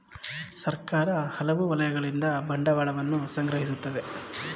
ಸರ್ಕಾರ ಹಲವು ವಲಯಗಳಿಂದ ಬಂಡವಾಳವನ್ನು ಸಂಗ್ರಹಿಸುತ್ತದೆ